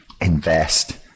invest